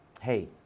hey